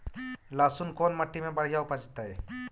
लहसुन कोन मट्टी मे बढ़िया उपजतै?